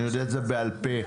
אני יודע את זה בעל פה,